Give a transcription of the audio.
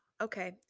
okay